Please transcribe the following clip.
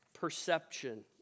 perception